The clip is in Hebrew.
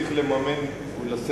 צריך לייקר רק למי שלא עושה צבא,